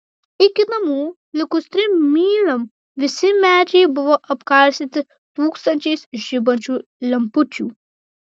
iki namų likus trim myliom visi medžiai buvo apkarstyti tūkstančiais žibančių lempučių